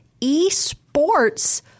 esports